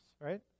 right